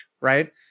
right